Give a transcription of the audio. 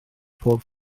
pob